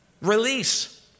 release